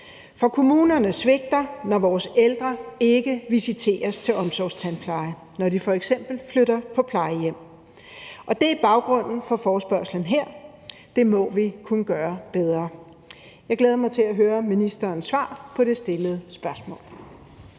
For kommunerne svigter, når vores ældre ikke visiteres til omsorgstandpleje, når de f.eks. flytter på plejehjem. Det er baggrunden for forespørgslen her. Det må vi kunne gøre bedre. Jeg glæder mig til at høre ministerens svar på det stillede spørgsmål.